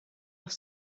auf